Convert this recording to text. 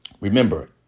Remember